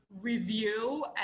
review